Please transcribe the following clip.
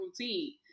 routine